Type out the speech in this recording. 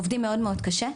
עובדים מאוד מאוד קשה.